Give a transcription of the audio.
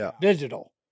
digital